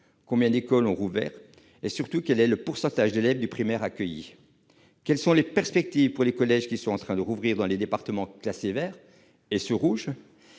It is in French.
Combien d'écoles ont rouvert et, surtout, quel est le pourcentage d'élèves du primaire accueillis ? Quelles sont les perspectives pour les collèges qui sont en train de rouvrir dans les départements classés en zone verte ?